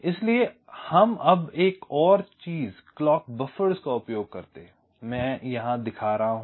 इसलिए हम अब एक और चीज क्लॉक बफ़र्स का उपयोग करते हैं यहां मैं दिखा रहा हूं